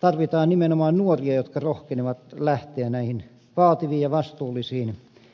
tarvitaan nimenomaan nuoria jotka rohkenevat lähteä näihin vaativiin ja vastuullisiin tehtäviin